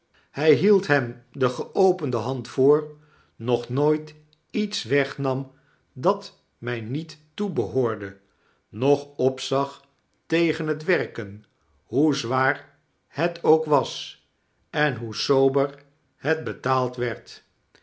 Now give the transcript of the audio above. hij hield hem de geopende hand voor nog nooit iets wegnam dat mij niet toebehoorde noch opzag tegen het werken hoe zwaar het ook was en hoe sober het betaald werd